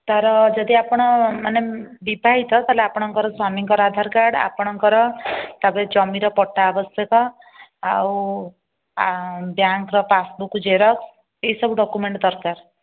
ତା'ର ଯଦି ଆପଣ ମାନେ ବିବାହିତ ତାହେଲେ ଆପଣଙ୍କର ସ୍ୱାମୀଙ୍କର ଆଧାର କାର୍ଡ଼ ଆପଣଙ୍କର ତା'ପରେ ଜମିର ପଟ୍ଟା ଆବଶ୍ୟକ ଆଉ ବ୍ୟାଙ୍କର ପାସବୁକ୍ ଜେରକ୍ସ ଏହିସବୁ ଡକ୍ୟୁମେଣ୍ଟ ଦରକାର